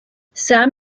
sam